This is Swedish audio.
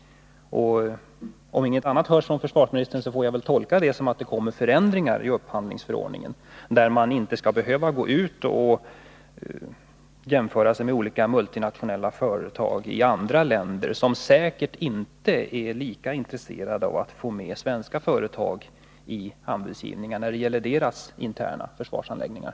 Om ingenting annat hörs från försvarsministern tolkar jag det så, att det blir förändringar i upphandlingsförordningen, så att svenska företags anbud inte skall behöva jämföras med anbuden från olika multinationella företag i andra länder — där man säkert inte är lika intresserad av att få med svenska företag i anbudsgivningen när det gäller deras interna försvarsanläggningar.